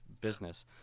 business